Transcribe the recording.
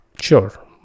sure